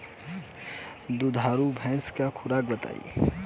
दुधारू भैंस के खुराक बताई?